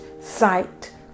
sight